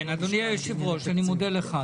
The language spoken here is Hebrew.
אדוני היושב-ראש, אני מודה לך.